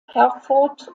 herford